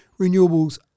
renewables